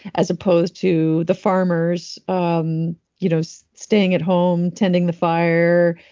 as opposed to the farmers, um you know so staying at home, tending the fire,